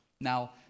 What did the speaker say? Now